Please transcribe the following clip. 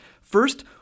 First